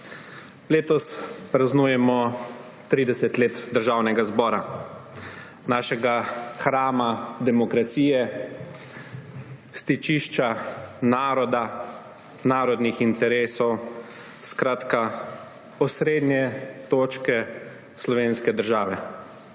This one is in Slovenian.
Letos praznujemo 30 let Državnega zbora, našega hrama demokracije, stičišča naroda, narodnih interesov, skratka osrednje točke slovenske države.